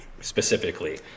specifically